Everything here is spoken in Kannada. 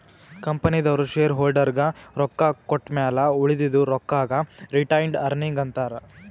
ಕಂಪನಿದವ್ರು ಶೇರ್ ಹೋಲ್ಡರ್ಗ ರೊಕ್ಕಾ ಕೊಟ್ಟಮ್ಯಾಲ ಉಳದಿದು ರೊಕ್ಕಾಗ ರಿಟೈನ್ಡ್ ಅರ್ನಿಂಗ್ ಅಂತಾರ